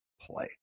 play